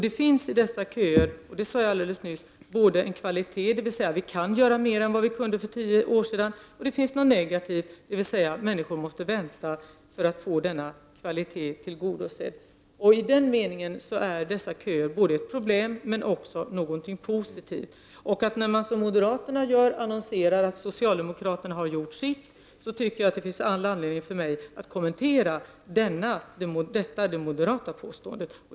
Det finns i dessa köer både en kvalitet — vi kan göra mer än vad vi kunde för tio år sedan — och någonting negativt: människor måste vänta för att få denna kvalitet tillgodosedd. I det avseendet är dessa köer såväl ett problem som någonting positivt. När man som moderaterna annonserar att socialdemokraterna har gjort sitt tycker jag att det finns all anledning för mig att kommentera det moderata påståendet.